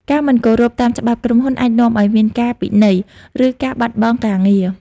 ការមិនគោរពតាមច្បាប់ក្រុមហ៊ុនអាចនាំឲ្យមានការពិន័យ ឬការបាត់បង់ការងារ។